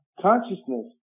consciousness